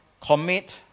commit